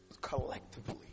collectively